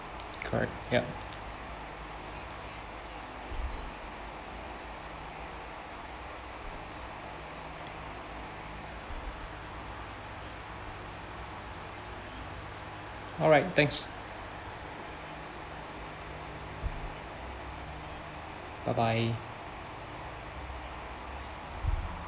correct ya alright thanks bye bye